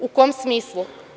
U kom smislu?